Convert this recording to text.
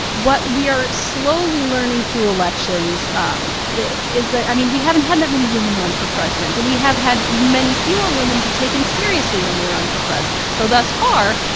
what we are slowly learning through elections um is that i mean, we haven't had that many women run for president, and we have had many fewer women be taken seriously when they run for president so thus far,